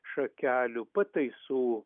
šakelių pataisų